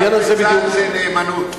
חייל בצה"ל זה נאמנות.